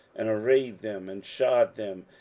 and arrayed them, and shod them,